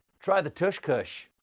try the tush kush.